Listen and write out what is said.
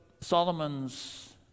Solomon's